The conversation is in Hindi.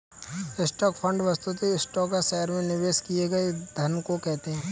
स्टॉक फंड वस्तुतः स्टॉक या शहर में निवेश किए गए धन को कहते हैं